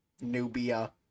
Nubia